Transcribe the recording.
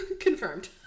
confirmed